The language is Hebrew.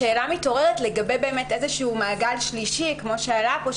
השאלה מתעוררת לגבי איזה שהוא מעגל שלישי כמו שעלה כאן.